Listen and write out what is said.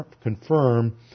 confirm